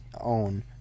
own